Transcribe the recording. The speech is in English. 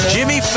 Jimmy